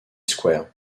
square